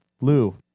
Lou